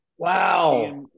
Wow